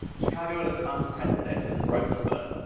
chicago had an unprecedented growth spurt.